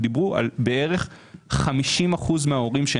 שדיברו על בערך 50% מההורים.